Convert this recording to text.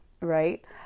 Right